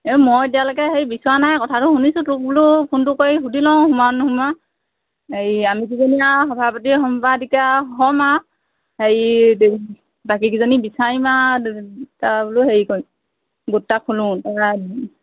এই মই এতিয়ালৈকে সেই বিচৰা নাই কথাটো শুনিছোঁ তোক বোলো ফোনটো কৰি সুধি লওঁ সোমাওঁ নে নোসোমাওঁ এই আমি কিজনী আ সভাপতি সম্পাদিকা হ'ম আ হেৰি বাকী কিজনী বিচাৰিম আ তাৰ বোলো হেৰি কৰিম গোট এটা খোলো